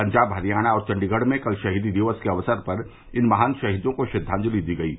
पंजाब हरियाणा और चंडीगढ़ में कल शहीदी दिवस के अवसर पर इन महान शहीदों को श्रद्वांजलि दी गयी